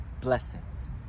Blessings